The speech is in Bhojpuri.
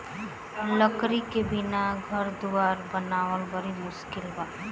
लकड़ी के बिना घर दुवार बनावल बड़ी मुस्किल बा